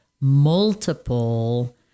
multiple